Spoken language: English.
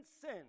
sin